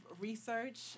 research